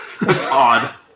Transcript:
Odd